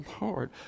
Lord